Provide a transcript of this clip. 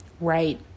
Right